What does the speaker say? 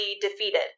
defeated